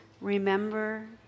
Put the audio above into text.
remember